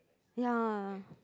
no